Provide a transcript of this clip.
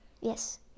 Yes